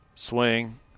Swing